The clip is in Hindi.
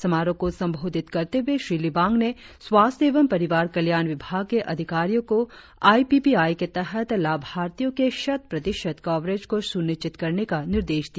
समारोह को संबोधित करते हुए श्री लिबांग ने स्वास्थ्य एवं परिवार कल्याण विभाग के अधिकारियों को आई पी पी आई के तहत लाभार्थियों के शत प्रतिशत कवरेज को सुनिश्चित करने का निर्देश दिया